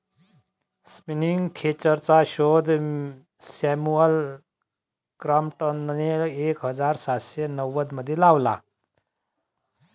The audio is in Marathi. स्पिनिंग खेचरचा शोध सॅम्युअल क्रॉम्प्टनने एक हजार सातशे नव्वदमध्ये लावला